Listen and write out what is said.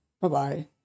Bye-bye